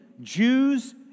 Jews